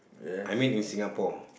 I mean in Singapore